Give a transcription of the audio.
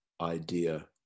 idea